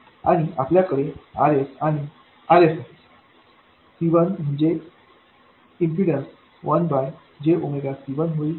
आणि आपल्याकडे कडे RSआहे C1 म्हणजे इम्पीडन्स इम्पीडन्स 1 jC1 होईल